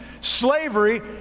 slavery